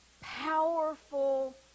powerful